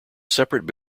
separate